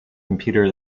computer